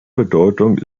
bedeutung